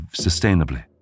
sustainably